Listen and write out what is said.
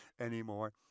anymore